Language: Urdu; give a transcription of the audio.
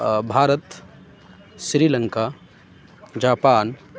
بھارت سری لنکا جاپان